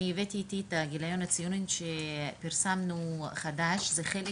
ואז עשו פטנט שהם מילאו בצינורית את המרק ואנשים אכלו בלי